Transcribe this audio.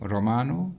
Romano